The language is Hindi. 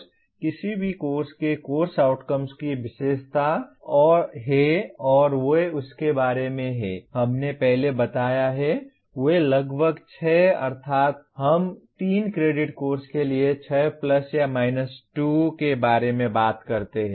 एक कोर्स किसी भी कोर्स के कोर्स आउटकम्स की विशेषता है और वे इसके बारे में हैं हमने पहले बताया है वे लगभग 6 हैं अर्थात हम 3 क्रेडिट कोर्स के लिए 6 प्लस या माइनस 2 के बारे में बात करते हैं